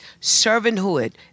servanthood